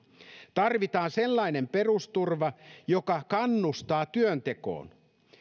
tarvitaan sellainen perusturva joka kannustaa työntekoon